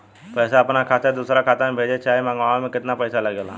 पैसा अपना खाता से दोसरा खाता मे भेजे चाहे मंगवावे में केतना पैसा लागेला?